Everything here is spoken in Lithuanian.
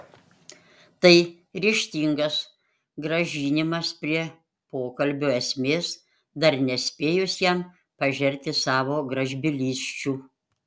tai ryžtingas grąžinimas prie pokalbio esmės dar nespėjus jam pažerti savo gražbylysčių